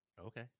Okay